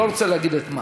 אני לא רוצה להגיד את מה.